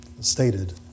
stated